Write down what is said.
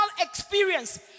experience